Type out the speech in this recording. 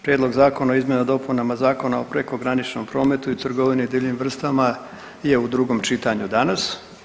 Prijedlog zakona o izmjenama i dopunama Zakona o prekograničnom prometu i trgovanju divljim vrstama je u drugom čitanju danas.